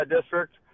district